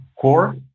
Core